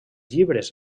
llibres